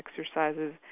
exercises